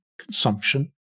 consumption